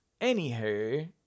Anywho